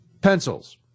pencils